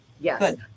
Yes